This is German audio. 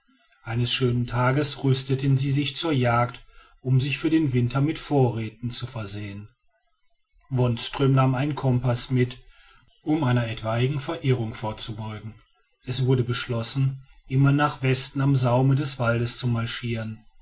eines schönen tages rüsteten sie sich zur jagd um sich für den winter mit vorräten zu versehen wonström nahm einen kompaß mit um einer etwaigen verirrung vorzubeugen es wurde beschlossen immer nach westen am saume des waldes zu marschieren